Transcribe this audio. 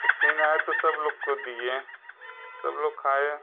तो फिर आए तो सब लोग को दिए सब लोग खाए